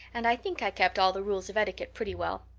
and i think i kept all the rules of etiquette pretty well.